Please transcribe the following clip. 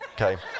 okay